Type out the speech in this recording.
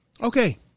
Okay